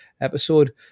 episode